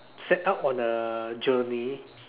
set out on a journey